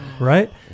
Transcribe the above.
right